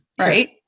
right